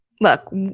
look